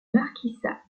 marquisat